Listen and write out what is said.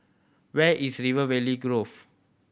where is River Valley Grove